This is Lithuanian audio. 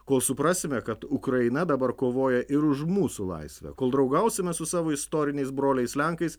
kol suprasime kad ukraina dabar kovoja ir už mūsų laisvę kol draugausime su savo istoriniais broliais lenkais